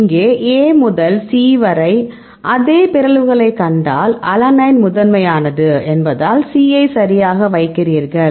இங்கே A முதல் C வரை அதே பிறழ்வுகளைக் கண்டால் அலனைன் முதன்மையானது என்பதால் C ஐ சரியாக வைக்கிறீர்கள்